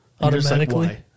Automatically